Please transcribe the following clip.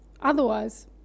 Otherwise